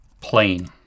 plane